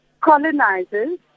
colonizers